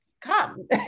come